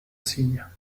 cygne